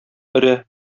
өрә